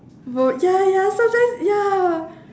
ro~ ya ya sometimes ya